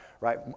right